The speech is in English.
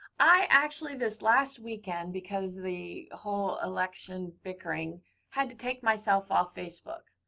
i actually, this last weekend, because the whole election bickering had to take myself off facebook.